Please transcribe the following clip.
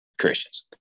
Christians